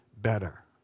better